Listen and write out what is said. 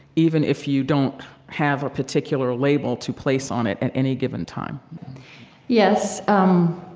even if you don't have a particular label to place on it at any given time yes. um,